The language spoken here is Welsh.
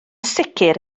sicr